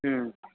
हम्म